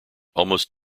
almost